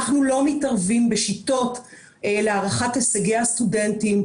אנחנו לא מתערבים בשיטות להערכת הישגי הסטודנטים,